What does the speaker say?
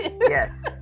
Yes